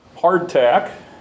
Hardtack